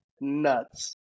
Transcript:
nuts